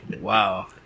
wow